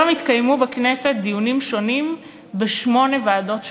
היום התקיימו בכנסת דיונים שונים בשמונה ועדות שונות.